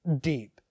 deep